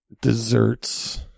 desserts